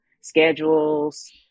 schedules